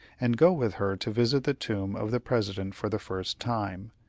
and go with her to visit the tomb of the president for the first time.